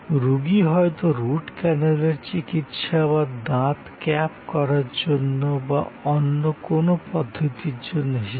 রুগী হয়তো রুট ক্যানালের চিকিৎসা বা দাঁত ক্যাপ করার জন্য বা অন্য কোনও পদ্ধতির জন্য এসেছেন